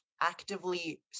actively